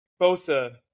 Bosa